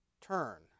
turn